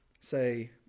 say